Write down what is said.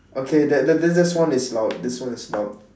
okay that that this one is loud this one is loud